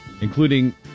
including